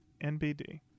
NBD